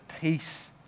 peace